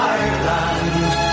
Ireland